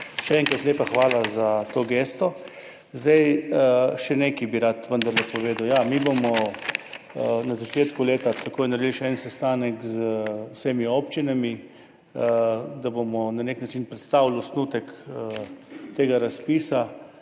še enkrat, hvala lepa za to gesto. Še nekaj bi vendarle rad povedal. Ja, mi bomo na začetku leta takoj naredili še en sestanek z vsemi občinami, da bomo na nek način predstavili osnutek tega razpisa